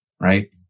right